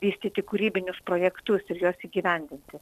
vystyti kūrybinius projektus ir juos įgyvendinti